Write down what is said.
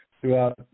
throughout